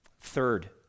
Third